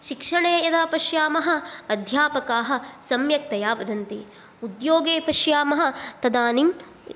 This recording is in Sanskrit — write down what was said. शिक्षणे यदा पश्यामः अध्यापकाः सम्यक्तया वदन्ति उद्योगे पश्यामः तदानिम्